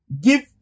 Give